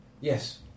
Yes